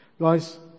Guys